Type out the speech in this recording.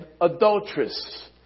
adulteress